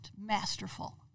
masterful